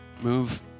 move